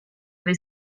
või